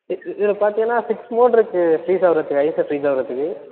இதில் பார்த்தீங்கன்னா six mode இருக்கு ஃப்ரீஸ் ஆவறதுக்கு ஐஸ்ஸாக ஃப்ரீஸ் ஆவறதுக்கு